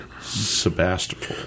Sebastopol